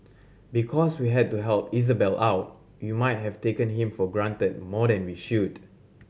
because we had to help Isabelle out we might have taken him for granted more than we should